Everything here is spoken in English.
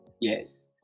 Yes